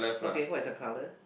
okay what is the color